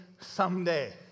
someday